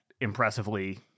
impressively